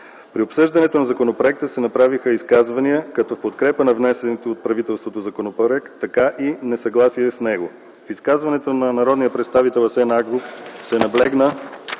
При обсъждането на законопроекта се направиха изказвания както подкрепа на внесения от правителството законопроект, така и несъгласие с него. В изказването на народния представител Асен Агов се наблегна